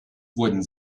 wurden